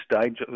stage